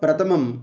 प्रथमं